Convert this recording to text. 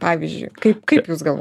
pavyzdžiui kaip jūs gal